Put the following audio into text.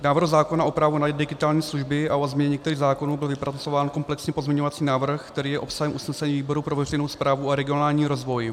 K návrhu zákona o právo na digitální služby a o změně některých zákonů byl vypracován komplexní pozměňovací návrh, který je obsahem usnesení výboru pro veřejnou správu a regionální rozvoj.